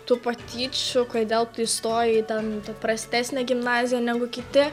tų patyčių kodėl tu įstojai ten prastesnę gimnaziją negu kiti